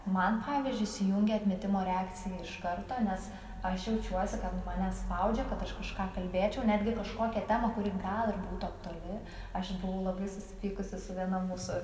man pavyzdžiui įsijungia atmetimo reakcija iš karto nes aš jaučiuosi kad nu mane spaudžia kad aš kažką kalbėčiau netgi kažkokią temą kuri gal ir būtų aktuali aš buvau labai susipykusi su viena mūsų